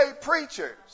preachers